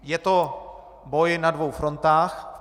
Je to boj na dvou frontách.